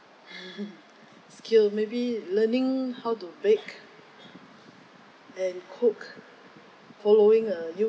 skills maybe learning how to bake and cook following a